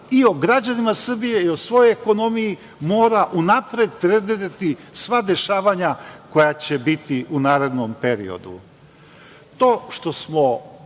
i o građanima Srbije i o svojoj ekonomiji, mora unapred predvideti sva dešavanja koja će biti u narednom periodu. To što smo